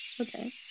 okay